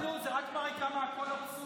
די, נו, זה רק מראה כמה הכול אבסורדי.